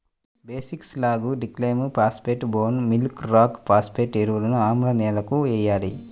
basic slag, డిక్లైమ్ phosphate, bone meal rock phosphate ఎరువులను ఆమ్ల నేలలకు వేయాలి